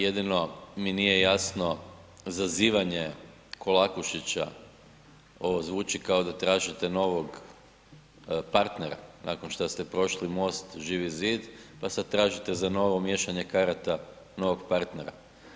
Jedino mi nije jasno zazivanje Kolakušića, ovo zvuči kao da tražite novog partnera nakon što ste prošli MOST, Živi zid, pa sad tražite za novo miješanje karata novog partnera.